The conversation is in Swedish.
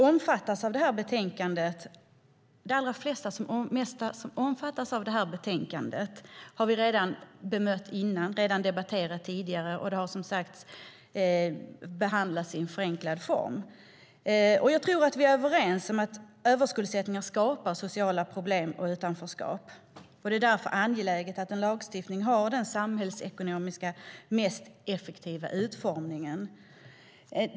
Det allra mesta som omfattas av det här betänkandet har vi debatterat redan tidigare. Det har, som sagt, behandlats i en förenklad form. Jag tror att vi är överens om att överskuldsättning skapar sociala problem och utanförskap. Det är därför angeläget att en lagstiftning har den samhällsekonomiskt mest effektiva utformningen.